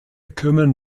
kümmern